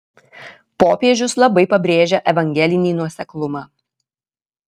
popiežius labai pabrėžia evangelinį nuoseklumą